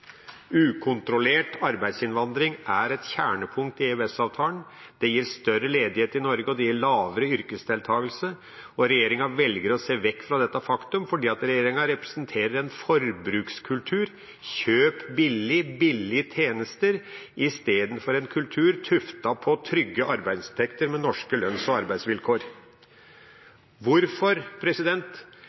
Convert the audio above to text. Ukontrollert arbeidsinnvandring er et kjernepunkt i EØS-avtalen. Det gir større ledighet i Norge, og det gir lavere yrkesdeltakelse. Regjeringa velger å se vekk fra dette faktum fordi regjeringa representerer en forbrukskultur – kjøp billig, billige tjenester – istedenfor en kultur tuftet på trygge arbeidsinntekter med norske lønns- og arbeidsvilkår. Hvorfor